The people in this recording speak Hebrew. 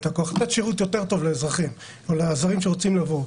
שירות יותר טוב לאזרחים או לזרים שרוצים לבוא.